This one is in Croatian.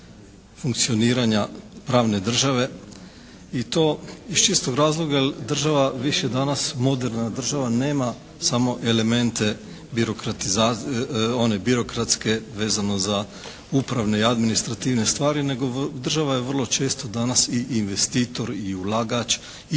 funkcioniranja pravne države. I to iz čistog razloga jer država više danas, moderna država, nema samo elemente one birokratske vezano za upravne i administrativne stvari nego država je vrlo često danas i investitor i ulagač i